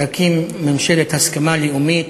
להקים ממשלת הסכמה לאומית,